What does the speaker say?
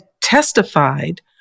testified